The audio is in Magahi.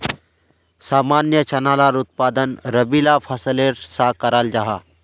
सामान्य चना लार उत्पादन रबी ला फसलेर सा कराल जाहा